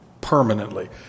permanently